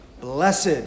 Blessed